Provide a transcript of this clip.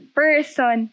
person